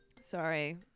Sorry